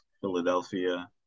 Philadelphia